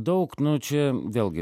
daug nu čia vėlgi